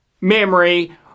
memory